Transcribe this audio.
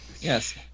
Yes